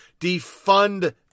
Defund